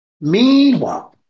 meanwhile